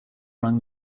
among